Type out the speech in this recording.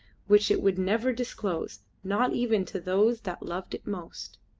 which it would never disclose, not even to those that loved it most.